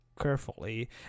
carefully